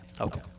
Okay